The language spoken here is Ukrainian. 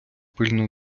пильно